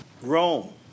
Rome